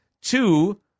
Two